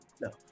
no